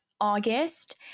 August